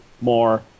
more